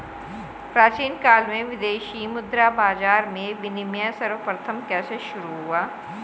प्राचीन काल में विदेशी मुद्रा बाजार में विनिमय सर्वप्रथम कैसे शुरू हुआ?